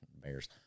bears